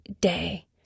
day